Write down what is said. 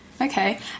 okay